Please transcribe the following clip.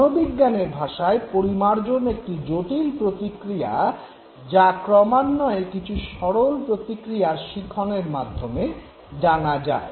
মনোবিজ্ঞানের ভাষায় পরিমার্জন একটি জটিল প্রতিক্রিয়া যা ক্রমান্বয়ে কিছু সরল প্রতিক্রিয়া শিখনের মাধ্যমে জানা যায়